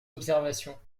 observations